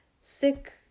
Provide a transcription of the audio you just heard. sick